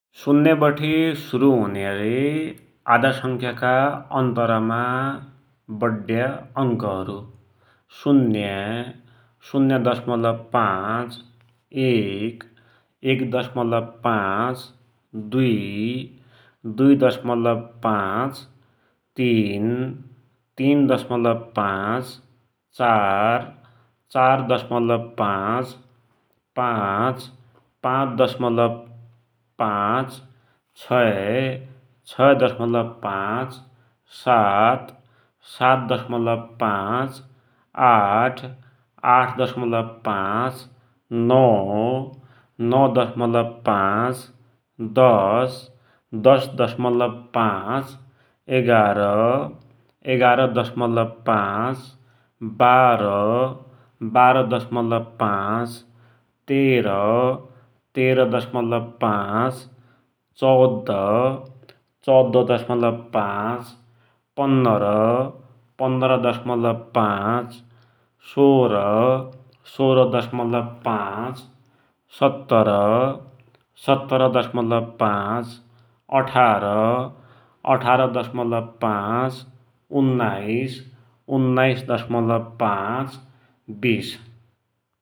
शून्या बठे शुरु हुन्या रे आधा संख्याका अन्तरमा बड्या अंकहरुः शून्य, शून्य दशमलब पाचँ, एक, एक दशमलब पाचँ, दुइ, दुइ दशमलब पाचँ, तीन, तीन दशमलब पाचँ, चार, चार दशमलब पाचँ, पाचँ, पाचँ दशमलब पाचँ, छै, छै दशमलब पाचँ, सात, सात दशमलब पाचँ, आठ, आठ दशमलब पाचँ, नौ, नौ दशमलब पाचँ, दश, दश दशमलब पाचँ, एघार, एघार दशमलब पाचँ, बाह्र, बाह्र दशमलब पाचँ, तेर, तेर दशमलब पाचँ, चौध, चौध दशमलब पाचँ, पन्नर, पन्नर दशमलब पाचँ, सोर, सोर दशमलब पाचँ, सत्तर, सत्तर दशमलब पाचँ, अठार, अठार दशमलब पाचँ, उन्नाइस, उन्नाइस दशमलब पाचँ, बीस ।